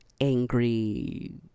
angry